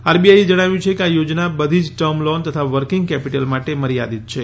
આરબીઆઈએ જણાવ્યું છે કે આ યોજના બધી જ ટર્મ લોન તથા વર્કિંગ કેપિટલ માટે મર્યાદિત છે